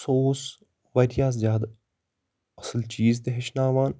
سُہ اوس واریاہ زیادٕ اصٕل چیٖز تہِ ہیٚچھناوان